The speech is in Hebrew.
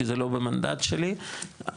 כי זה לא במנדט שלי היום,